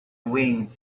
wing